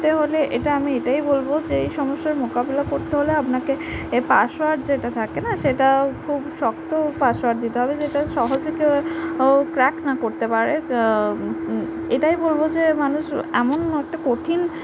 হলে এটা আমি এটাই বলব যে এই সমস্যার মোকাবিলা করতে হলে আপনাকে এ পাসওয়ার্ড যেটা থাকে না সেটাও খুব শক্ত পাসওয়ার্ড দিতে হবে যেটা সহজে কেউ ও ক্র্যাক না করতে পারে তা এটাই বলব যে মানুষ এমন একটা কঠিন